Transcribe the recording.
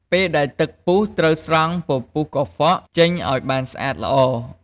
ពេលដែលទឹកពុះត្រូវស្រង់ពពុះកង្វក់ចេញឱ្យបានសា្អតល្អ។